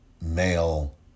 male